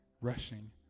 rushing